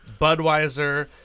Budweiser